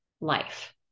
life